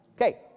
Okay